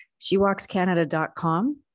Shewalkscanada.com